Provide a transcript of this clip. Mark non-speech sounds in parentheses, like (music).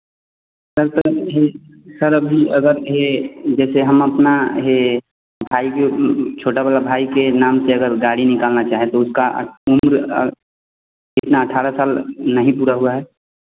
(unintelligible) sir अभी अगर यह जैसे हम अपना ये भाई जो छोटा वाला भाई के नाम से अगर गाड़ी निकालना चाहें तो उसका उम्र इतना अठारह साल नहीं पूरा हुआ है